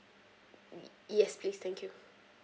yes please thank you